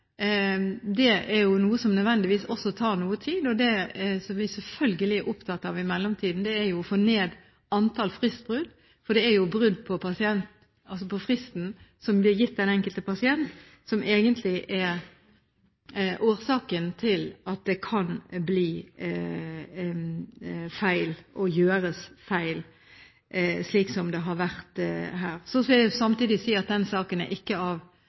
det er noe som nødvendigvis tar noe tid, så det vi selvfølgelig er opptatt i mellomtiden, er å få ned antallet fristbrudd. Det er brudd på den fristen som blir gitt hver enkelt pasient som egentlig er årsaken til at det kan gjøres feil, slik det har vært. Samtidig vil jeg si at den saken er ikke